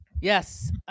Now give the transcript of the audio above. Yes